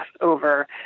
over